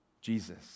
Jesus